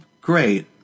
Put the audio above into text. great